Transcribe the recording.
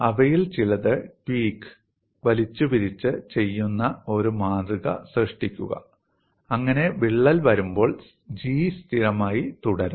അവയിൽ ചിലത് ട്വീക്ക് വലിച്ചു പിരിച്ച് ചെയ്ത് ഒരു മാതൃക സൃഷ്ടിക്കുക അങ്ങനെ വിള്ളൽ വളരുമ്പോൾ G സ്ഥിരമായി തുടരും